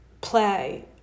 play